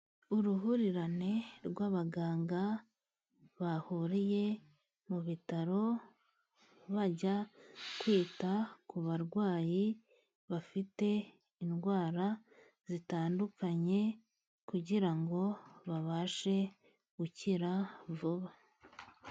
Uruhurirane rw'abaganga bahuriye mu bitaro bajya kwita ku barwayi bafite indwara zitandukanye kugira ngo babashe gukira vuba.